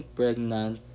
pregnant